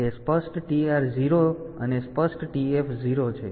તેથી તે સ્પષ્ટ TR 0 અને સ્પષ્ટ TF 0 છે